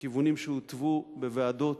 בכיוונים שהותוו בוועדות